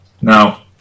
Now